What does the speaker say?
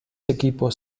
equipos